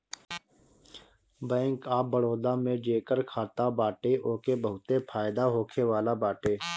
bank of Baroda में जेकर खाता बाटे ओके बहुते फायदा होखेवाला बाटे